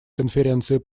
конференции